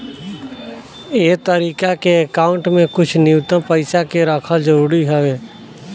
ए तरीका के अकाउंट में कुछ न्यूनतम पइसा के रखल जरूरी हवे